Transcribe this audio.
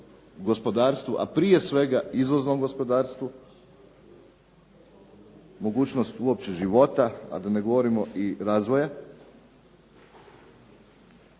gospodarstvu, a prije svega izvoznom gospodarstvu, mogućnost uopće života, a da ne govorimo i razvoje.